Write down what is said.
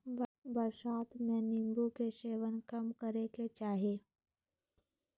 बरसात में नीम्बू के सेवन कम करे के चाही